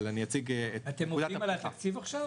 אציג את נקודת הפתיחה